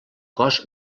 cos